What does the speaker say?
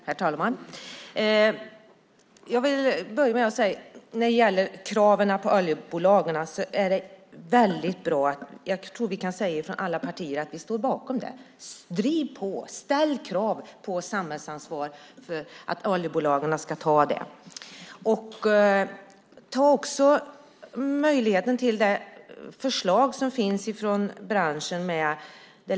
Herr talman! Jag vill börja med att säga att det är väldigt bra att det ställs krav på oljebolagen. Jag tror att alla partier står bakom det. Driv på! Ställ krav på att oljebolagen ska ta ett samhällsansvar!